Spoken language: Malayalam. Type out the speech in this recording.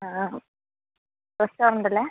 ആ ഓ റെസ്റ്റോറൻറ്റ് അല്ലേ